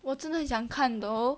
我真的很想看 though